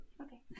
Okay